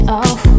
off